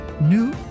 new